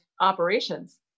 operations